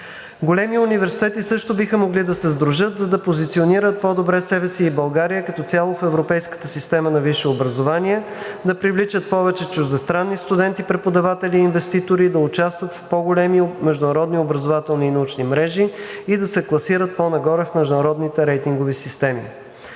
Големи университети също биха могли да се сдружат, за да позиционират по-добре себе си и България като цяло в европейската система на висшето образование, да привличат повече чуждестранни студенти, преподаватели и инвеститори, да участват в по-големи международни образователни и научни мрежи и да се класират по нагоре в международните рейтингови системи.